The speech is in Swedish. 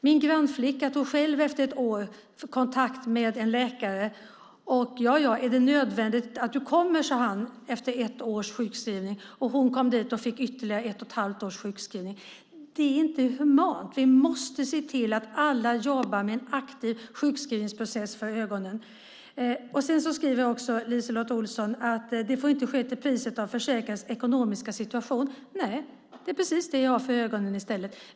Min grannflicka tog själv efter ett år kontakt med en läkare som efter ett års sjukskrivning sade: Är det nödvändigt att du kommer? Hon gick dit och fick ytterligare ett och ett halvt års sjukskrivning. Det är inte humant. Vi måste se till att alla jobbar med en aktiv sjukskrivningsprocess för ögonen. LiseLotte Olsson skriver att det inte får ske till priset av den försäkrades ekonomiska situation. Nej. Det är just det jag har för ögonen.